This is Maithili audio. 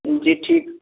जी ठीक